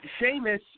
Seamus